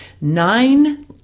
nine